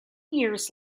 years